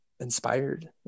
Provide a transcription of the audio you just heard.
inspired